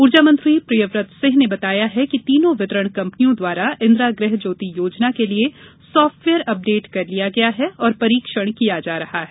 ऊर्जा मंत्री प्रियव्रत सिंह ने बताया है कि तीनों वितरण कंपनियों द्वारा इंदिरा गृह ज्योति योजना के लिए साफ्टवेयर अपडेट कर लिया गया है और परीक्षण किया जा रहा है